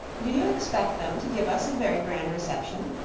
do you expect them to give us a very grand reception?